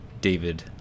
David